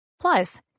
Plus